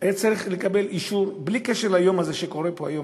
היה צריך לקבל אישור בלי קשר למה שקורה פה היום,